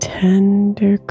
tender